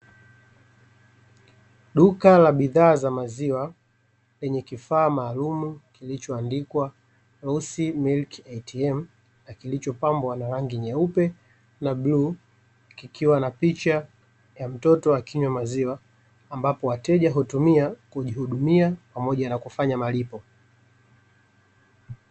Duka la bidhaa za maziwa, lenye kifaa maalumu kilichoandikwa " LUCY MILK ATM", na kilichopambwa na rangi nyeupe na bluu, kikiwa na picha ya mtoto akinywa maziwa, ambapo wateja hutumia kujihudumia, pamoja na kufanya malipo.